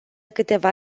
câteva